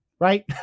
Right